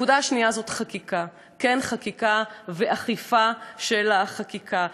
הנקודה השנייה היא חקיקה, חקיקה ואכיפה של החקיקה.